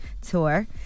tour